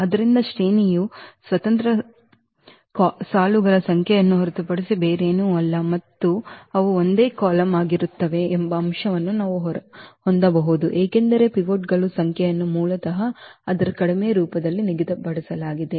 ಆದ್ದರಿಂದ ಶ್ರೇಣಿಯು ಸ್ವತಂತ್ರ ಸಾಲುಗಳ ಸಂಖ್ಯೆಯನ್ನು ಹೊರತುಪಡಿಸಿ ಬೇರೇನೂ ಅಲ್ಲ ಮತ್ತು ಅವು ಒಂದೇ ಕಾಲಮ್ ಆಗಿರುತ್ತವೆ ಎಂಬ ಅಂಶವನ್ನು ನಾವು ಹೊಂದಬಹುದು ಏಕೆಂದರೆ ಪಿವೋಟ್ಗಳ ಸಂಖ್ಯೆಯನ್ನು ಮೂಲತಃ ಅದರ ಕಡಿಮೆ ರೂಪದಲ್ಲಿ ನಿಗದಿಪಡಿಸಲಾಗಿದೆ